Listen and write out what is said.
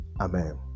Amen